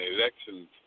elections